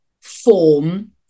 form